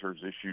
issued